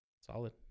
Solid